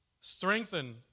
strengthen